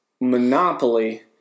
Monopoly